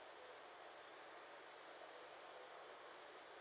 ya